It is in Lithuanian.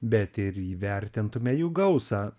bet ir įvertintume jų gausą